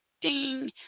ding